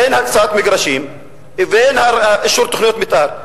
אין הקצאת מגרשים ואין אישור תוכניות מיתאר?